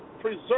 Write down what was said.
preserve